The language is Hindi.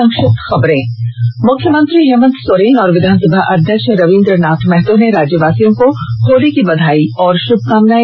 संक्षिप्त खबर मुख्यमंत्री हेमंत सोरेन और विधानसभा अध्यक्ष रवींद्र नाथ महतो ने राज्यवासियों को होली की बधाई और शुभकामनाएं दी